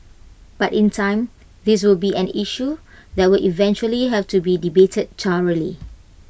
but in time this will be an issue that will eventually have to be debated thoroughly